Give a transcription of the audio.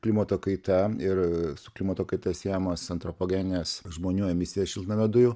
klimato kaita ir su klimato kaita siejamos antropogeninės žmonių emisija šiltnamio dujų